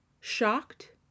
shocked